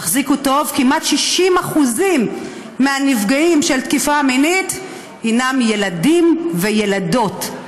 תחזיקו טוב: כמעט 60% מהנפגעים של תקיפה מינית הם ילדים וילדות,